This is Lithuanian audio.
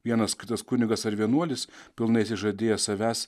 vienas kitas kunigas ar vienuolis pilnai išsižadėjęs savęs